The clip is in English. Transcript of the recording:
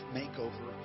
makeover